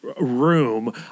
room